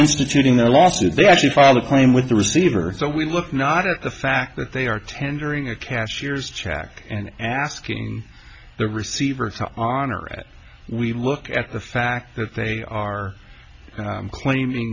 instituting a lawsuit they actually filed a claim with the receiver so we look not at the fact that they are tendering a cashier's check and asking the receiver to honor it we look at the fact that they are claiming